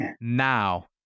Now